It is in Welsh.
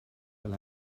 fel